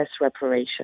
reparation